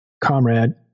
comrade